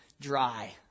Dry